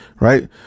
Right